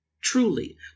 truly